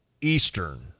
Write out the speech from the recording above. Eastern